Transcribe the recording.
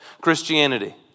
Christianity